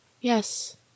Yes